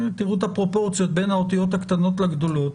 ותראו הפרופורציות בין הקטנות לגדולות: